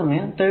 555 Ω ആണ്